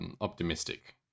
optimistic